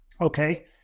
Okay